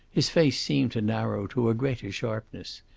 his face seemed to narrow to a greater sharpness.